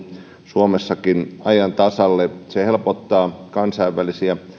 suomessakin ajan tasalle se helpottaa kansainvälisiä